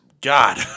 God